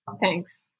Thanks